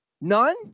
None